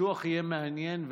בטוח יהיה מעניין,